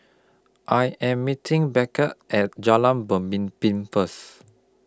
I Am meeting Beckie At Jalan Benmimpin First